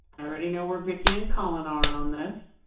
already know we're vickie and colin on this.